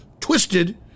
twisted